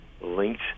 linked